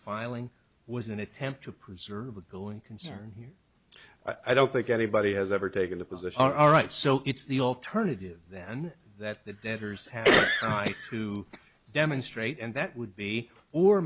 filing was an attempt to preserve a bill in concern here i don't think anybody has ever taken the position all right so it's the alternative then that the debtors have to demonstrate and that would be or